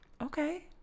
Okay